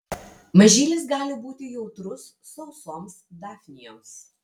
mažylis gali būti jautrus sausoms dafnijoms